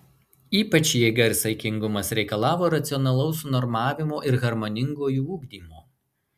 ypač jėga ir saikingumas reikalavo racionalaus sunormavimo ir harmoningo jų ugdymo